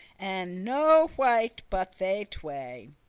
and no wight but they tway,